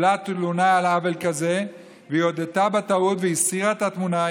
שקיבלה תלונה על עוול כזה והיא הודתה בטעות והסירה את התמונה,